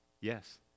Yes